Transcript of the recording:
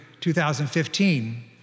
2015